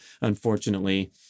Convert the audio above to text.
unfortunately